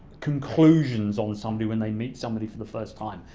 conclusions on somebody when they meet somebody for the first time.